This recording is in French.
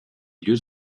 lieux